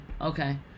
okay